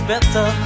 Better